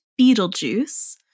Beetlejuice